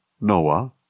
Noah